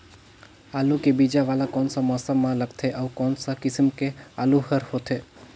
आलू के बीजा वाला कोन सा मौसम म लगथे अउ कोन सा किसम के आलू हर होथे?